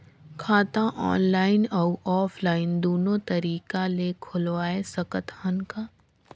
खाता ऑनलाइन अउ ऑफलाइन दुनो तरीका ले खोलवाय सकत हन का?